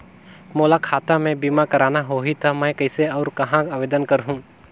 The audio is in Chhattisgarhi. मोला खाता मे बीमा करना होहि ता मैं कइसे और कहां आवेदन करहूं?